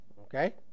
Okay